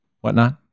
whatnot